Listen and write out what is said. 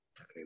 Okay